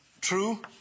true